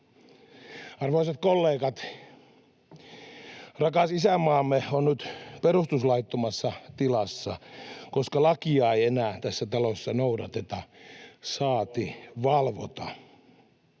Arvoisat kollegat, rakas isänmaamme on nyt perustuslaittomassa tilassa, koska lakia ei enää tässä talossa noudateta, [Paavo